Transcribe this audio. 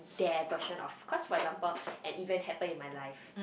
their version of cause for example an event happened in my life